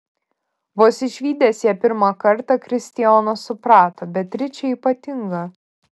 vos išvydęs ją pirmą kartą kristijonas suprato beatričė ypatinga